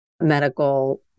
medical